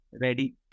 Ready